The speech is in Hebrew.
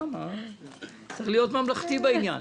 צריך להיות ממלכתי בעניין.